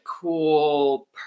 cool